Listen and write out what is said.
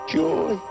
joy